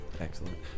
Excellent